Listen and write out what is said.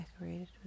decorated